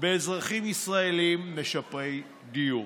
באזרחים ישראלים משפרי דיור.